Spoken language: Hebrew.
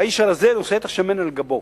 האיש הרזה נושא את השמן על גבו.